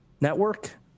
network